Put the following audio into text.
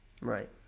Right